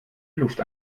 luft